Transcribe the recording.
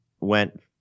went